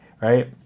right